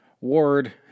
Ward